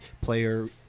player